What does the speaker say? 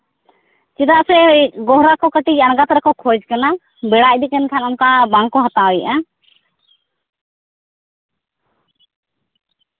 ᱪᱮᱫᱟᱜ ᱥᱮ ᱜᱚᱦᱨᱟ ᱠᱚ ᱠᱟᱹᱴᱤᱡ ᱟᱬᱜᱟᱛ ᱨᱮᱠᱚ ᱠᱷᱚᱡ ᱠᱟᱱᱟ ᱵᱮᱲᱟ ᱤᱫᱤᱜ ᱠᱟᱱ ᱠᱷᱟᱡ ᱚᱱᱠᱟ ᱵᱟᱝ ᱠᱚ ᱦᱟᱛᱟᱣᱮᱜᱼᱟ